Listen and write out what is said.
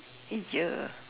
!eeyer!